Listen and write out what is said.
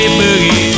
boogie